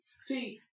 See